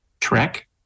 Trek